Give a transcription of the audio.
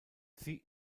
sie